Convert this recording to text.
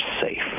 safe